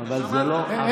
אבל אי-אפשר.